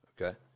Okay